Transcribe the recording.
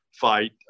fight